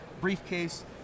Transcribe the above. briefcase